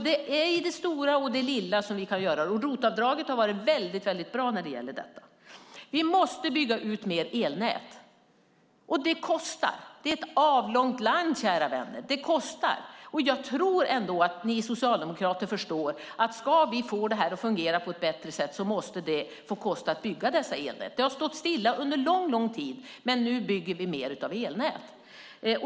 Det är i det stora och i det lilla som vi kan göra det. ROT-avdraget har varit bra för detta. Vi måste bygga ut fler elnät. Det kostar! Det här är ett avlångt land, kära vänner. Det kostar. Jag tror ändå att ni socialdemokrater förstår att om vi ska få det här att fungera på ett bättre sätt måste det få kosta att bygga dessa elnät. Det har stått stilla under lång tid, men nu bygger vi fler elnät.